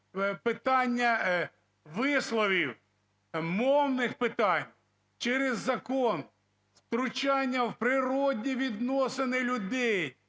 питання висловів, мовних питань через закон, втручання в природні відносини людей,